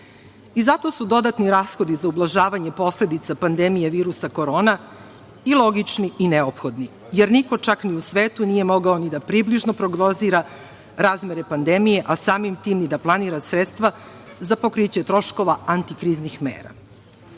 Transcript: su dodatni rashodi za ublažavanje posledica pandemije virusa korona i logični i neophodni, jer niko čak ni u svetu nije mogao ni da približno prognozira razmere pandemije, a samim tim i da planira sredstva za pokriće troškova antikriznih